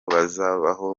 bazabaho